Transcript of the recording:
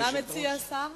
מה מציע השר?